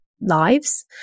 lives